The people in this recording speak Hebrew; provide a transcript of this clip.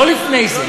לא לפני זה.